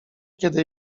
kiedy